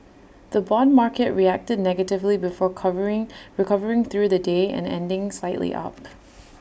the Bond market reacted negatively before covering recovering through the day and ending slightly up